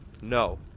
No